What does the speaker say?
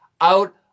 out